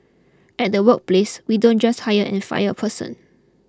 at the workplace we don't just hire and fire a person